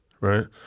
right